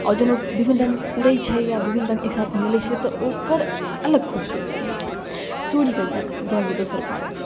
आओर जहन ओ विभिन्न रङ्ग उड़ै छै या विभिन्न रङ्ग एकसाथ मिलै छै तऽ ओकर अलग खूबसूरती रहै छै सूर्यके जल दोसर बात छै